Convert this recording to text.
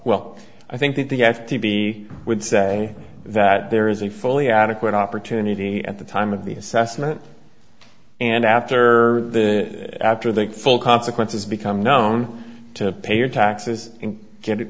well i think that they have to be would say that there is a fully adequate opportunity at the time of the assessment and after the after the full consequences become known to pay your taxes and get it